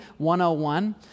101